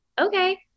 okay